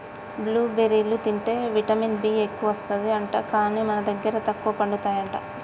blue బెర్రీలు తింటే vitamin B ఎక్కువస్తది అంట, కానీ మన దగ్గర తక్కువ పండుతాయి అంట